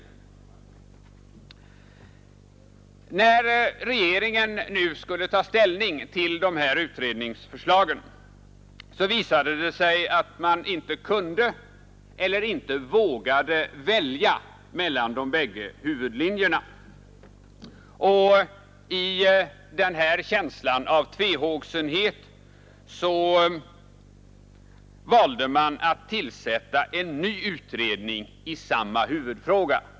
När regeringen nu skulle ta ställning till dessa utredningsförslag visade det sig att man inte kunde eller inte vågade välja mellan de bägge huvudlinjerna. Och i den här känslan av tvehågsenhet valde man att tillsätta en ny utredning i samma huvudfråga.